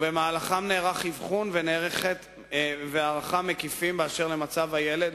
שבמהלכם נערכים אבחון והערכה מקיפים של מצב הילד